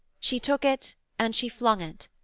she took it and she flung it.